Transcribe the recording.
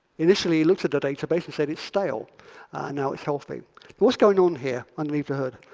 initially it looks at the database and said it's stale and now it's healthy but what's going on here underneath the hood?